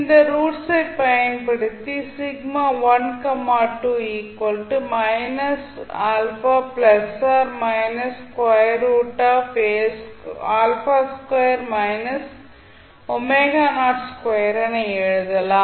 இந்த ரூட்ஸ் ஐ பயன்படுத்தி என எழுதலாம்